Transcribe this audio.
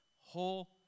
whole